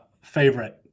favorite